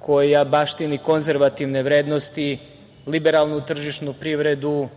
koja baštini konzervativne vrednosti, liberalnu tržišnu privredu